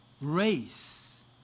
race